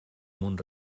mont